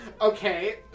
Okay